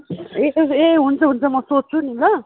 ए ए हुन्छ हुन्छ म सोध्छु नि ल